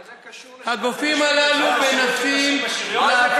מה זה קשור לשירות נשים בצה"ל?